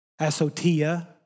Asotia